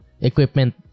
equipment